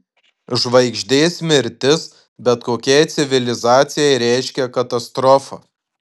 žvaigždės mirtis bet kokiai civilizacijai reiškia katastrofą